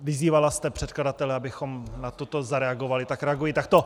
Vyzývala jste předkladatele, abychom na toto zareagovali, tak reaguji takto.